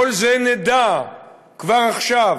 את כל זה נדע כבר עכשיו,